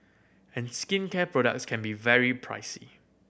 and skincare products can be very pricey